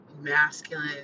masculine